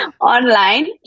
online